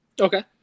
Okay